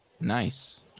Nice